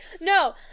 No